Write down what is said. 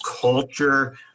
culture